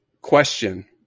Question